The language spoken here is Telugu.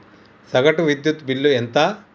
సగటు విద్యుత్ బిల్లు ఎంత?